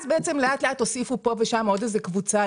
אז בעצם לאט לאט הוסיפו פה ושם עוד איזו קבוצה,